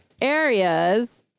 areas